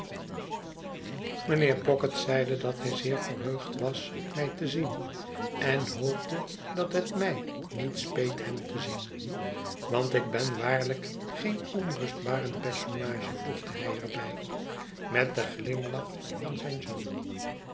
mijnheer pocket zeide dat hij verheugd was mij te zien en hoopte dat het mij niet speet hem te zien want ik ben waarlijk geen onrustbarend personage voegde hij er bij met den glimlach van zijn zoon